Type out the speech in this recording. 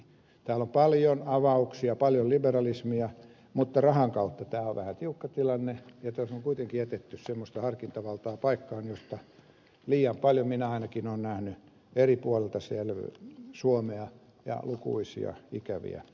täällä on paljon avauksia paljon liberalismia mutta rahan kautta tämä on vähän tiukka tilanne ja tässä on kuitenkin jätetty semmoista harkintavaltaa paikkaan josta liian paljon minä ainakin olen nähnyt eri puolilta suomea lukuisia ikäviä